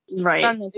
Right